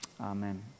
Amen